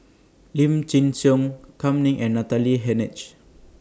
Lim Chin Siong Kam Ning and Natalie Hennedige